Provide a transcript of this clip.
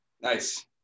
Nice